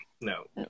No